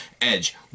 Edge